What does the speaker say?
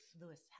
Lewis